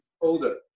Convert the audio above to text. older